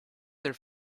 their